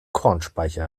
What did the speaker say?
kornspeicher